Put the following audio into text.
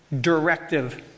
directive